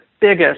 biggest